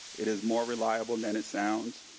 it is more reliable than it sounds.